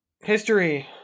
History